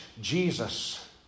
Jesus